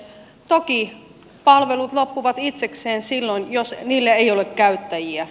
kaikki palvelut loppuvat itsekseen silloin jos niillä ei ole käyttäjiä